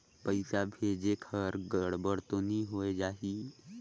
पइसा भेजेक हर गड़बड़ तो नि होए जाही?